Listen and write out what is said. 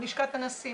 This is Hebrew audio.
לשכת הנשיא,